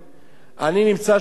אני נמצא שם לפעמים.